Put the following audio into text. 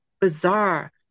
bizarre